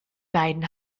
beiden